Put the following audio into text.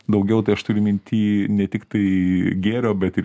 daugiau tai aš turiu minty ne tik tai gėrio bet ir